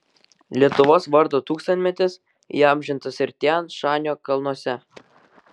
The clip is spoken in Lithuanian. lietuvos vardo tūkstantmetis įamžintas ir tian šanio kalnuose